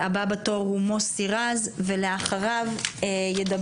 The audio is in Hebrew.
הבא בתור הוא מוסי רז ולאחריו ידבר